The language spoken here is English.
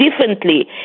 differently